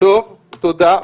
תודה.